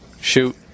Shoot